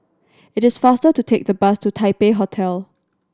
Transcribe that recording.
it is faster to take the bus to Taipei Hotel